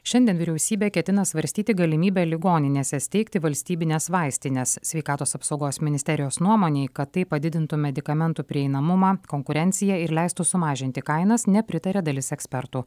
šiandien vyriausybė ketina svarstyti galimybę ligoninėse steigti valstybines vaistines sveikatos apsaugos ministerijos nuomonei kad tai padidintų medikamentų prieinamumą konkurenciją ir leistų sumažinti kainas nepritaria dalis ekspertų